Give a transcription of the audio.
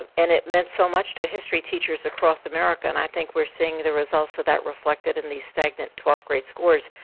and it meant so much to history teachers across america, and i think we're seeing the results of that reflected in these stagnant twelfth grade scores.